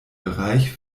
bereich